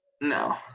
No